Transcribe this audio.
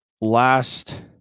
last